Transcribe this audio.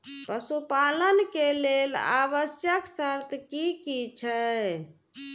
पशु पालन के लेल आवश्यक शर्त की की छै?